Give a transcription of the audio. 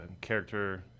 character